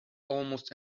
almost